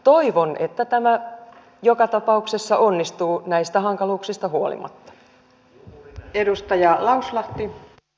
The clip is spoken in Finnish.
toivon että tämä joka tapauksessa onnistuu näistä hankaluuksista huolimatta